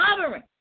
covering